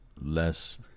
less